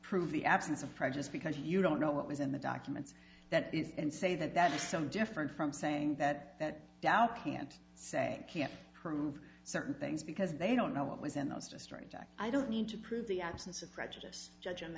prove the absence of prejudice because you don't know what was in the documents that is and say that that is some different from saying that tao can't say can't prove certain things because they don't know what was in those destroyed i don't need to prove the absence of prejudice judge